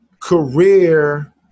career